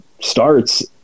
starts